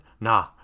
Nah